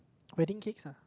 wedding cakes lah